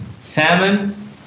salmon